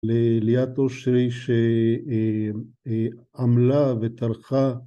לליאת אושרי שעמלה וטרחה